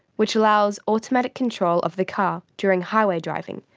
which allows automatic control of the car during highway driving.